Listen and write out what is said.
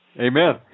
Amen